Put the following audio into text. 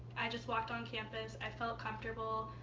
i just walked on campus, i felt comfortable.